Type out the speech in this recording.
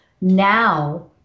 now